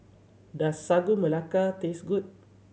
does Sagu Melaka taste good